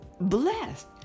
blessed